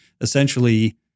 essentially